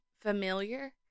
familiar